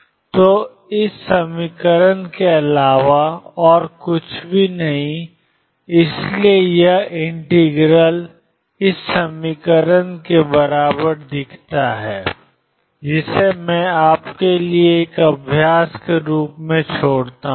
तो ∞dxeik kx2π δk k के अलावा और कुछ नहीं है और इसलिए यह इंटीग्रल ∫dk ℏk Ak2 बन जाता है जिसे मैं आपके लिए एक अभ्यास के रूप में छोड़ता हूं